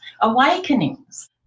awakenings